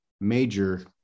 major